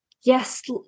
yes